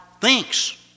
thinks